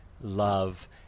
love